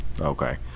Okay